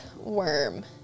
Worm